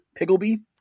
Piggleby